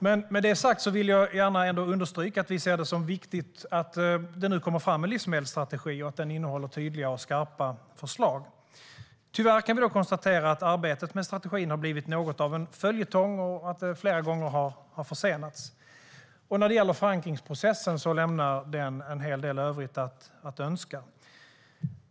Men med det sagt vill jag gärna understryka att vi ser det som viktigt att det nu kommer fram en livsmedelsstrategi med tydliga och skarpa förslag. Tyvärr kan vi konstatera att arbetet med livsmedelsstrategin har blivit något av en följetong, och det har flera gånger har försenats. Och när det gäller förankringsprocessen lämnar den en hel del övrigt att önska.